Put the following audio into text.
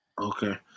Okay